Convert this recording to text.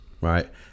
Right